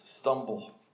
stumble